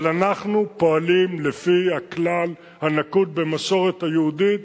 אבל אנחנו פועלים לפי הכלל הנקוט במסורת היהודית: